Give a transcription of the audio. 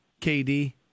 KD